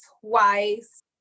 twice